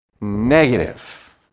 negative